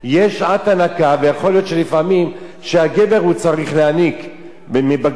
ויכול להיות לפעמים שהגבר צריך להיניק מבקבוק את התינוק,